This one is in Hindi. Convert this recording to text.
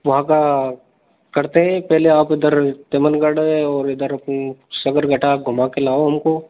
वहाँ का करते हैं पहले आप उधर चमनगढ़ है और इधर सकरघटा घूम के लाओ हमको